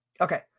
Okay